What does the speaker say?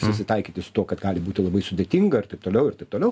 susitaikyti su tuo kad gali būti labai sudėtinga ir taip toliau ir taip toliau